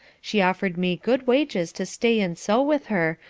she offered me good wages to stay and sew with her,